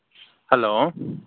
hello